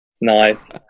Nice